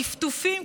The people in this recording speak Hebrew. טפטופים,